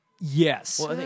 Yes